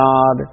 God